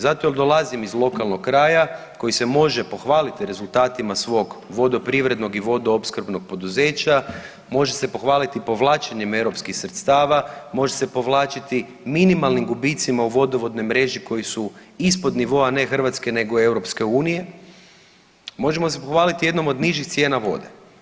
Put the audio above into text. Zato jer dolazim iz lokalnog kraja koji se može pohvaliti rezultatima svog vodoprivrednog i vodoopskrbnog poduzeća, može se pohvaliti povlačenjem europskih sredstava, može se povlačiti minimalnim gubicima u vodovodnoj mreži koji su ispod nivoa ne Hrvatske nego EU, možemo se pohvaliti jednom od nižih cijena vode.